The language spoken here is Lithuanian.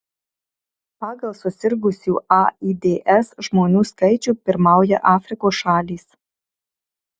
pagal susirgusių aids žmonių skaičių pirmauja afrikos šalys